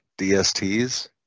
DSTs